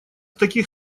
таких